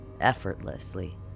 effortlessly